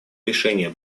решения